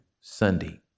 Sunday